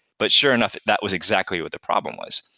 but sure enough, that was exactly what their problem was.